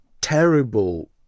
terrible